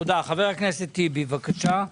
חבר הכנסת אחמד טיבי, בבקשה.